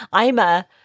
Ima